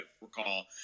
recall